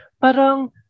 parang